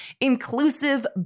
inclusive